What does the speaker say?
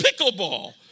pickleball